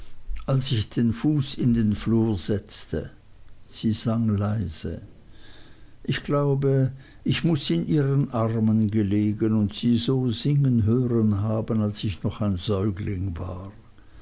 als ich den fuß in den flur setzte sie sang leise ich glaube ich muß in ihren armen gelegen und sie so singen hören haben als ich noch ein säugling war